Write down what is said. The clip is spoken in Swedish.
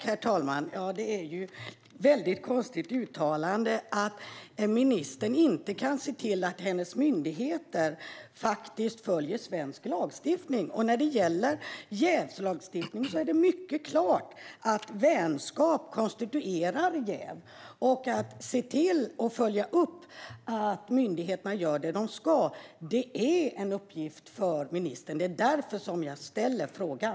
Herr talman! Det är ett väldigt konstigt uttalande att ministern inte kan se till att hennes myndigheter faktiskt följer svensk lagstiftning. När det gäller jävslagstiftning är det mycket klart att vänskap konstituerar jäv. Att se till att följa upp att myndigheterna gör det som de ska är en uppgift för ministern. Det är därför som jag ställer frågan.